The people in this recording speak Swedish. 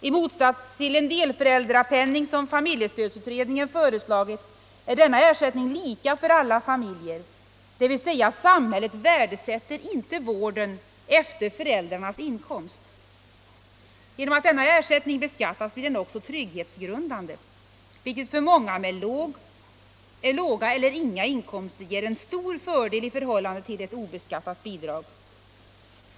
I motsats till en delföräldrapenning, som familjestödsutredningen föreslagit, är denna ersättning lika för alla familjer, dvs. samhället värdesätter inte vården efter föräldrarnas inkomst. Genom att ersättningen beskattas blir den också trygghetsgrundande, vilket för många med låga eller inga inkomster innebär en stor fördel i förhållande till ett obeskattat bidrag.